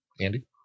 Andy